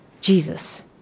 Jesus